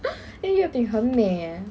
因为月饼很美诶